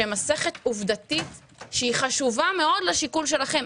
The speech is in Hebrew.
שהם מסכת עובדתית חשובה מאוד לשיקול שלכם.